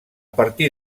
partir